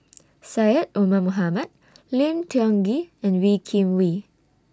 Syed Omar Mohamed Lim Tiong Ghee and Wee Kim Wee